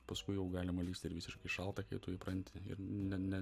paskui jau galima lįst ir į visiškai šaltą kai tu įpranti ir ne ne